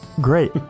great